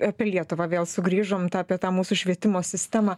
apie lietuvą vėl sugrįžom tą apie tą mūsų švietimo sistemą